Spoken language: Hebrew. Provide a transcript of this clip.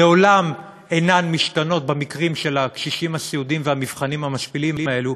לעולם אינן משתנות במקרים של הקשישים הסיעודיים והמבחנים המשפילים האלה,